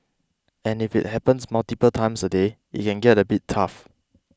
and if it happens multiple times a day it can get a bit tough